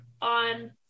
On